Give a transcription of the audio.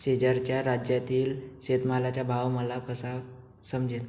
शेजारच्या राज्यातील शेतमालाचा भाव मला कसा समजेल?